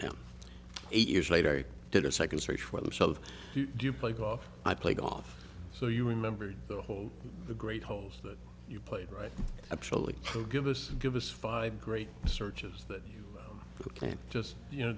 now eight years later i did a second search for themselves do you play golf i played off so you remember the whole the great holes that you played right actually give us give us five great searches that you can't just you know